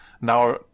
now